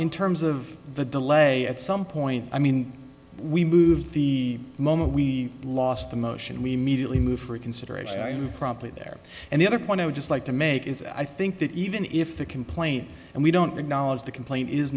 in terms of the delay at some point i mean we moved the moment we lost the motion we immediately moved for a consideration who promptly there and the other point i would just like to make is i think that even if the complaint and we don't acknowledge the complaint is